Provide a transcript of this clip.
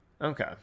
okay